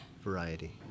variety